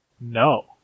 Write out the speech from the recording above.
No